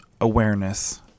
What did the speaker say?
awareness